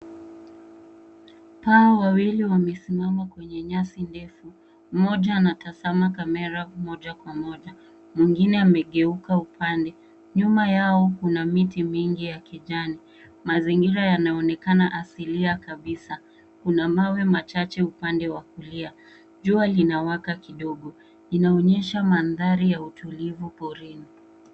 Paa wawili wamesimama kwenye nyasi ndefu. Mmoja anatazama kamera moja kwa moja. Mwengine amegeuka upande. Nyuma yao kuna miti mingi ya kijani. Mazingira yanaonekana asilia kabisa. Kuna mawe machache upande wa kulia. Jua linawaka kidogo. Linaonyesha mandhari ya utulivu porini.